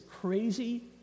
crazy